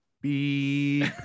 beep